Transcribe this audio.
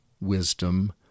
wisdom